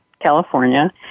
California